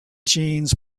jeans